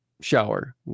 shower